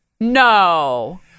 No